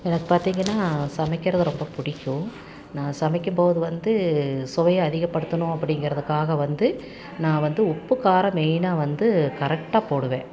எனக்கு பார்த்திங்கன்னா சமைக்கிறது ரொம்ப பிடிக்கும் நான் சமைக்கும் போது வந்து சுவையை அதிகப்படுத்தணும் அப்படிங்கிறதுக்காக வந்து நான் வந்து உப்பு காரம் மெயினா வந்து கரெக்டா போடுவேன்